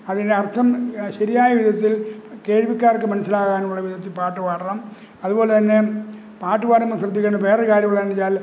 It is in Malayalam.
അതിൻ്റെ അർത്ഥം ശരിയായവിധത്തിൽ കേൾവിക്കാർക്ക് മനസ്സിലാകാനുള്ള വിധത്തില് പാട്ട് പാടണം അതുപോലെതന്നെ പാട്ട് പാടുമ്പോള് ശ്രദ്ധിക്കേണ്ട വേറൊരു കാര്യമുള്ളതെന്നുവച്ചാൽ